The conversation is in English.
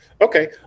Okay